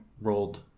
rolled